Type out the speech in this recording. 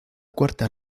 cuarta